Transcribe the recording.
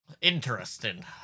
Interesting